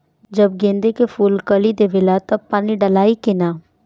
जब गेंदे के फुल कली देवेला तब पानी डालाई कि न?